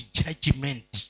judgment